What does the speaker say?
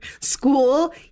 school